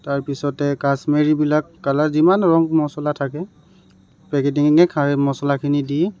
তাৰপিছতে কাশ্মিৰীবিলাক যিমান ৰং মছলা থাকে পেকেটিংকৈ সেই মছলাখিনি দি